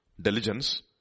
diligence